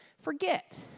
forget